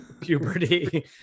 Puberty